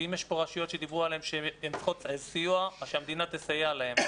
ואם יש פה רשויות שדיברו עליהן שהן צריכות סיוע אז שהמדינה תסייע להם.